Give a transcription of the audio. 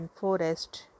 Forest